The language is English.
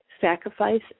sacrifice